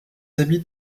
habits